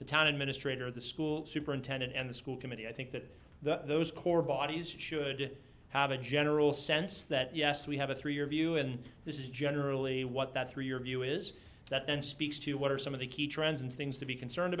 administrator the school superintendent and the school committee i think that those core bodies should have a general sense that yes we have a three year view in this is generally what that through your view is that and speaks to what are some of the key trends and things to be concerned